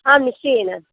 आं निश्चयेन